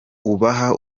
ubaha